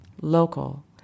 local